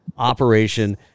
operation